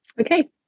Okay